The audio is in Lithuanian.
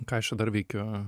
ką aš čia dar veikiu